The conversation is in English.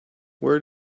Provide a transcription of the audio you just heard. where